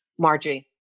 Margie